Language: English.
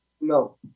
No